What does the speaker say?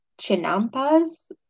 chinampas